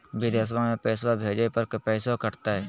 बिदेशवा मे पैसवा भेजे पर पैसों कट तय?